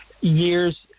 Years